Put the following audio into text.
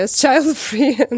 child-free